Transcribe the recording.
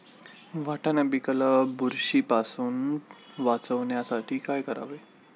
वाटाणा पिकाला बुरशीपासून वाचवण्यासाठी काय करावे?